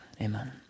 amen